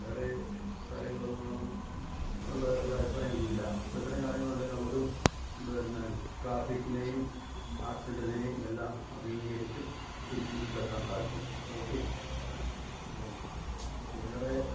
വേറെ കാര്യങ്ങളൊന്നും വേണമെന്ന് ഉള്ള ഇത് അഭിപ്രായമെനിക്കില്ല ഇപ്പോള് ഇത്രയും കാര്യങ്ങളുണ്ടെങ്കില് നമുക്ക് പിന്നെ ട്രാഫിക്കിനെയും ആക്സിഡൻറ്റിനെയും എല്ലാം അഭിമുഖീകരിച്ച് തിരിച്ച് വീട്ടിലെത്താൻ സാധിക്കും ഓക്കേ ഇപ്പോള് വേറെ